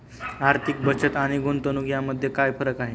आर्थिक बचत आणि गुंतवणूक यामध्ये काय फरक आहे?